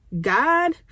God